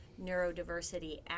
neurodiversity